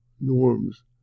norms